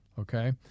Okay